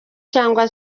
cyangwa